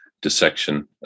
dissection